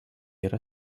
yra